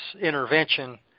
intervention